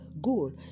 goal